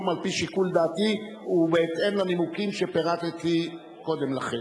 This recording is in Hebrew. על-פי שיקול דעתי ובהתאם לנימוקים שפירטתי קודם לכן.